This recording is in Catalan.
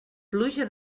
pluja